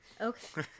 okay